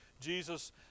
Jesus